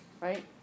Right